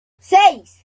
seis